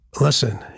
Listen